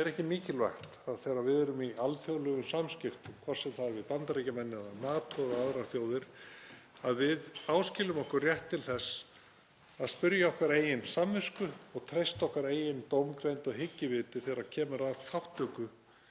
Er ekki mikilvægt þegar við erum í alþjóðlegum samskiptum, hvort sem það er við Bandaríkjamenn eða NATO eða aðrar þjóðir, að við áskiljum okkur rétt til þess að spyrja okkar eigin samvisku og treysta okkar eigin dómgreind og hyggjuviti þegar kemur að þátttöku